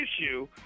issue